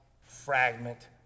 fragment